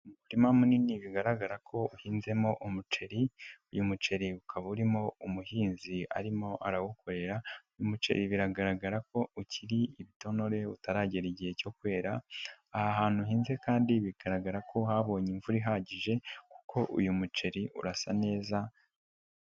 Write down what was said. Umurima munini bigaragara ko uhinzemo umuceri uyu muceri ukaba urimo umuhinzi arimo arawukorera uyu umuceri biragaragara ko ukiri ibitonore utaragera igihe cyo kwera aha hantu uhinze kandi bigaragara ko habonye imvura ihagije kuko uyu muceri urasa neza.